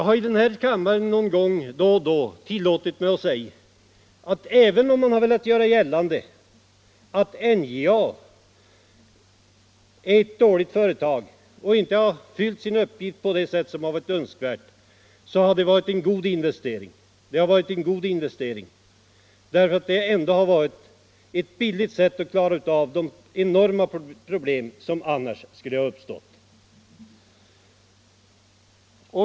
Här i kammaren har jag då och då tillåtit mig säga att även om man velat göra gällande att NJA är ett dåligt företag och inte har fyllt sin uppgift på det sätt som hade varit önskvärt, så har det varit en god investering därför att det ändå varit ett billigt sätt att klara av de enorma problem som annars skulle ha uppstått.